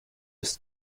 ist